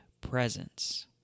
presence